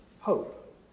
hope